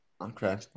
Okay